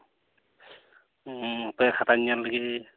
ᱦᱟᱯᱮ ᱠᱷᱟᱛᱟᱧ ᱧᱮᱞ ᱞᱮᱜᱮ